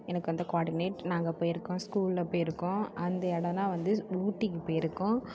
எனக்கு வந்த கோவார்டினேட் நாங்கள் போய்ருக்கோம் ஸ்கூலில் போய்ருக்கோம் அந்த இடலாம் வந்து ஊட்டிக்கு போய்ருக்கோம்